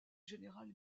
général